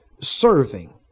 serving